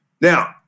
Now